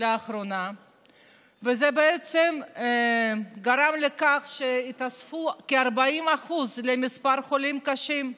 וזה גרם לכך שהתווספו כ-40% למספר החולים הקשים.